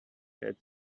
had